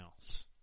else